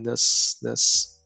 nes nes